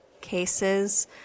cases